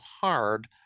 hard